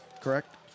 correct